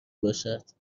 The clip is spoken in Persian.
باشد